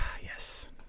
Yes